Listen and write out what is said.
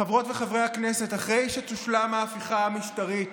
חברות וחברי הבית, אחרי שתושלם ההפיכה המשטרית,